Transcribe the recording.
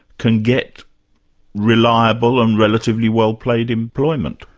can get reliable and relatively well-paid employment?